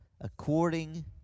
according